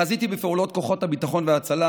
חזיתי בפעולות כוחות הביטחון וההצלה,